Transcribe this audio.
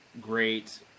great